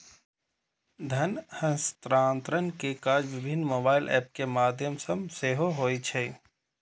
धन हस्तांतरण के काज विभिन्न मोबाइल एप के माध्यम सं सेहो होइ छै